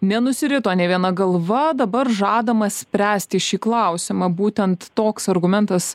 nenusirito nė viena galva dabar žadama spręsti šį klausimą būtent toks argumentas